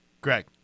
Greg